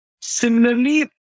similarly